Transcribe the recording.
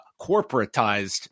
corporatized